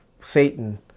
Satan